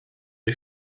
die